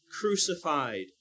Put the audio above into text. crucified